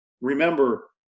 remember